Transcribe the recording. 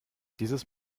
dieses